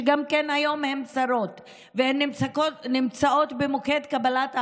שהיום הן גם שרות והן נמצאות במוקד קבלת ההחלטות,